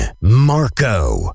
Marco